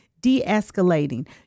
De-escalating